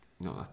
No